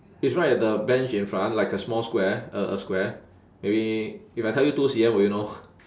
it's right at the bench in front like a small square a a square maybe if I tell you two C_M will you know